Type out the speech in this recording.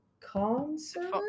concert